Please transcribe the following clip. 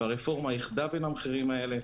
הרפורמה איחדה בין שני הרכיבים הנ"ל.